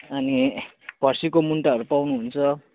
अनि फर्सीको मुन्टाहरू पाउनुहुन्छ